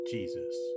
Jesus